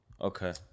Okay